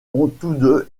deux